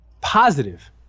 Positive